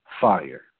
fire